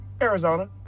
Arizona